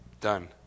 done